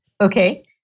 okay